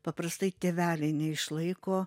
paprastai tėveliai neišlaiko